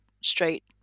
straight